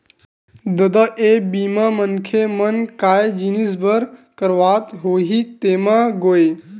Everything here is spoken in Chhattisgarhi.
ददा ये बीमा मनखे मन काय जिनिय बर करवात होही तेमा गोय?